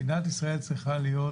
מדינת ישראל צריכה להיות